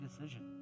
decision